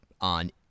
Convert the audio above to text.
on